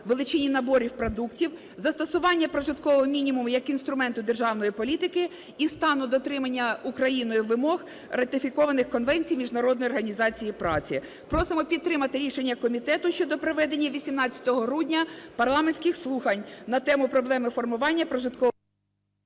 величині наборів продуктів, застосування прожиткового мінімуму як інструменту державної політики і стану дотримання Україною вимог, ратифікованих Конвенцією Міжнародної організації праці. Просимо підтримати рішення комітету щодо проведення 19 грудня парламентських слухань на тему: "Проблеми формування прожиткового…"